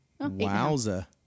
wowza